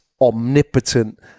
omnipotent